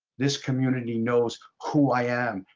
this community knows who i am.